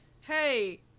hey